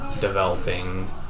developing